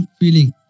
feeling